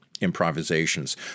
improvisations